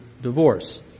divorce